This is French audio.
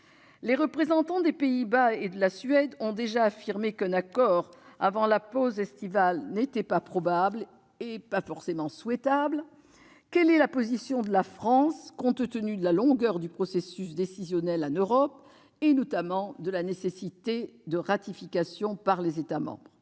Les représentants des Pays-Bas et de la Suède ont déjà affirmé qu'un accord avant la pause estivale n'était ni probable ni forcément souhaitable. Quelle est la position de la France, compte tenu de la longueur du processus décisionnel en Europe, notamment de la nécessité de ratification par les États membres ?